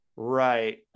Right